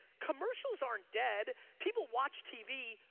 commercials aren't dead. people watch tv.